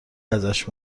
ازش